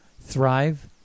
thrive